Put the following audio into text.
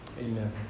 Amen